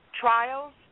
trials